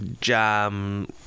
jam